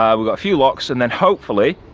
um we've got a few locks and then hopefully.